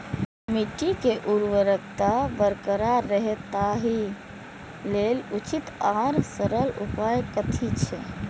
मिट्टी के उर्वरकता बरकरार रहे ताहि लेल उचित आर सरल उपाय कथी छे?